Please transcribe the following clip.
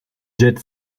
jet